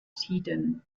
tiden